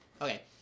Okay